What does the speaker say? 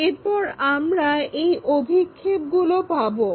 এরপর আমরা এই অভিক্ষেপগুলো পাবো